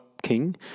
King